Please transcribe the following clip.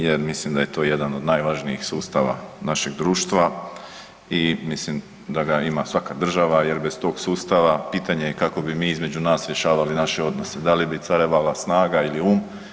Jer mislim da je to jedan od najvažnijih sustava našeg društva i mislim da ga ima svaka država jer bez tog sustava pitanje je kako bi mi između nas rješavali naše odnose, da li bi carevala snaga ili um.